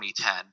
2010